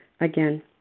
again